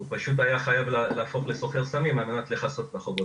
הוא פשוט היה חייב להפוך לסוחר סמים על מנת לכסות את החובות.